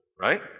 right